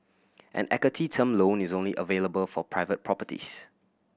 an equity term loan is only available for private properties